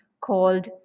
called